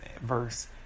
verse